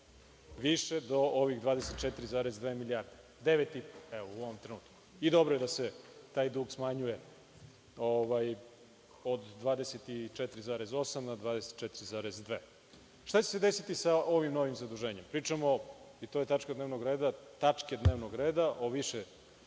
više do ovih 24,2 milijarde, 9,5 u ovom trenutku. Dobro je da se taj dug smanjuje od 24,8 na 24,2.Šta će se desiti sa ovim novim zaduženjem? Pričamo, i to su tačke dnevnog reda o više